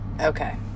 Okay